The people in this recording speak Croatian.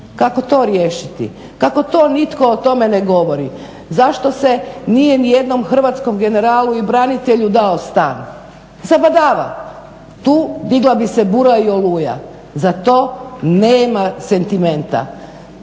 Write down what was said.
Kako to riješiti? Kako to nitko o tome ne govori? Zašto se nije nijednom hrvatskom generalu i branitelju dao stan? Za badava. Tu digla bi se bura i oluja. Za to nema sentimenta.